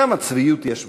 כמה צביעות יש בכך.